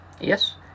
Yes